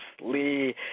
Lee